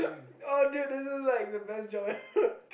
oh dude this is like the best job ever